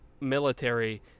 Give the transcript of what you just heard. military